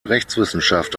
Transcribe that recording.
rechtswissenschaft